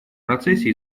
процессе